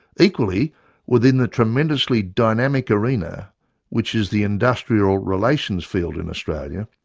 equally within the tremendously dynamic arena which is the industrial relations field in australia,